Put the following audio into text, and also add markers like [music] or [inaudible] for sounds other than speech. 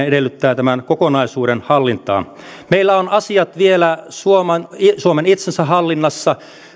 [unintelligible] edellyttää tämän kokonaisuuden hallintaa meillä on asiat vielä suomen suomen itsensä hallinnassa